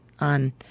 on